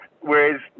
Whereas